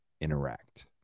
interact